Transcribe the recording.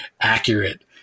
accurate